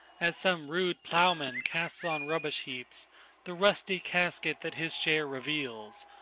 as some rude plowman casts on rubbish-heaps the rusty casket that his share reveals,